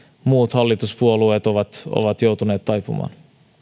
muut hallituspuolueet ovat ovat joutuneet taipumaan